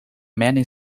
many